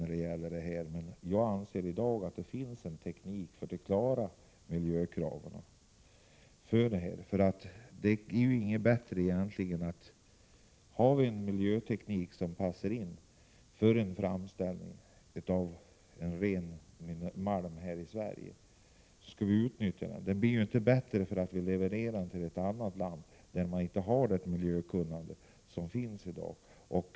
Jag anser emellertid att det i dag finns teknik för att klara miljökraven. Om vi har en miljöteknik som passar in för framställning av en ren malm här i Sverige, skall vi utnyttja den. Det blir inte bättre för att vi levererar till ett annat land, där man inte utnyttjar det kunnande som finns i dag.